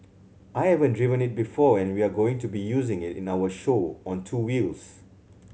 I haven't driven it before and we're going to be using it in our show on two wheels